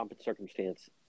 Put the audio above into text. circumstance